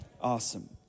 Awesome